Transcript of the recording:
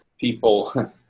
people